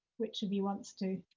which of you wants to,